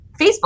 Facebook